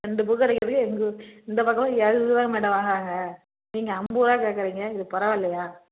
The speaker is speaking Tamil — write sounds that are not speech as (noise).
ரெண்டு (unintelligible) அடிக்கிறதுக்கு எங்கூர் இந்த பக்கம்லாம் இருபதுருவா மேடம் வாங்குகிறாங்க நீங்கள் ஐம்பதுருபா கேக்கிறீங்க இது பரவாயில்லையா